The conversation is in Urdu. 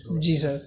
جی سر